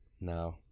no